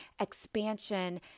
expansion